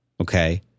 okay